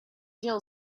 jill